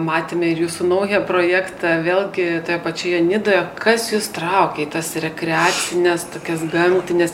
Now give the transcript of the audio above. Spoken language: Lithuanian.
matėme ir jūsų naują projektą vėlgi toje pačioje nidoje kas jus traukia į tas rekreacines tokias gamtines